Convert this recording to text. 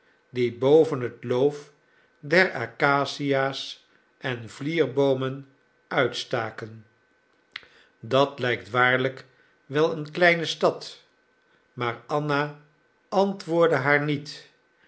die boven het loof der acacia's en vlierboomen uitstaken dat lijkt waarlijk wel een kleine stad maar anna antwoordde haar niet